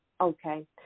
Okay